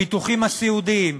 הביטוחים הסיעודיים,